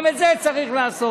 גם את זה צריך לעשות,